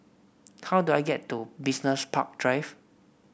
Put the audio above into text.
how do I get to Business Park Drive